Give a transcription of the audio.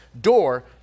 door